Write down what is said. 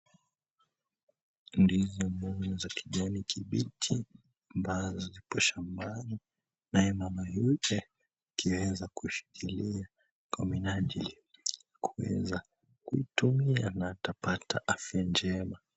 Ndizi mbili za kijani kibichi ambazo zipo shambani, naye mama yule akiweza kushikilia kwa minajili ya kuweza kuitumia na atapata afya njema.